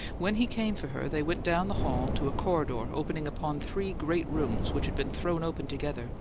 when he came for her, they went down the hall to a corridor opening upon three great rooms which had been thrown open together,